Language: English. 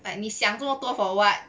like 你想多多 for what